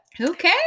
Okay